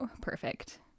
perfect